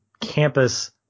campus